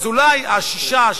אז אולי השישה,